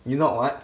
you not [what]